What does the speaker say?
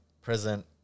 present